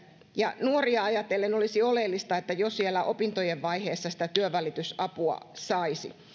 ja nuoria ajatellen olisi oleellista että jo siellä opintojen vaiheessa sitä työnvälitysapua saisi